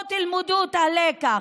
בואו תלמדו את הלקח.